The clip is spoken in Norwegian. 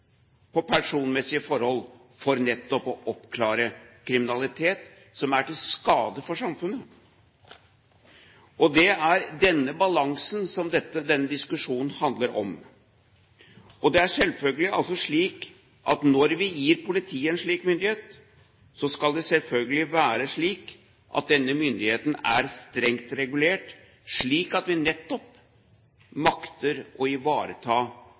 på personmessige forhold for nettopp å oppklare kriminalitet som er til skade for samfunnet. Det er den balansen som denne diskusjonen handler om. Det er selvfølgelig slik at når vi gir politiet en slik myndighet, skal denne myndigheten være strengt regulert, slik at vi nettopp makter å ivareta